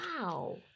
Wow